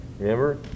Remember